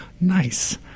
Nice